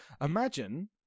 Imagine